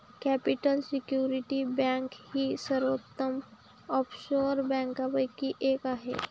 capital security bank ही सर्वोत्तम offshore बँकांपैकी एक आहे